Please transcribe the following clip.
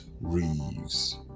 Reeves